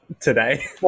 today